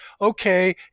okay